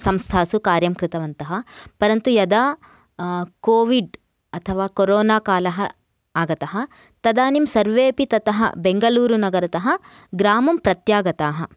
संस्थासु कार्यं कृतवन्तः परन्तु यदा कोविड् अथवा कोरोना कालः आगतः तदानीं सर्वेऽपि ततः बेङ्गलूरुनगरतः ग्रामं प्रत्यागताः